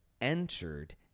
entered